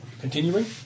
Continuing